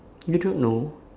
you don't know